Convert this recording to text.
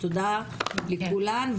תודה לכולן.